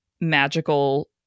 magical